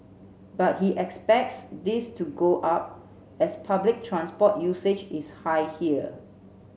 but he expects this to go up as public transport usage is high here